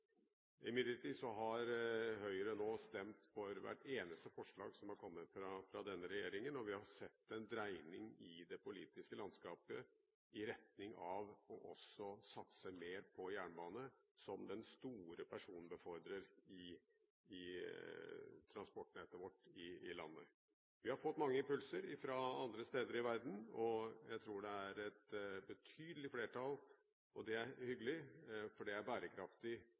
Imidlertid har Høyre nå stemt for hvert eneste forslag som har kommet fra denne regjeringen, og vi har sett en dreining i det politiske landskapet i retning av også å satse mer på jernbane som den store personbefordreren i transportnettet i landet vårt. Vi har fått mange impulser fra andre steder i verden, og jeg tror det er et betydelig flertall. Det er hyggelig, for det er bærekraftig